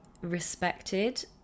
respected